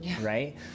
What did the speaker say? right